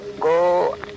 Go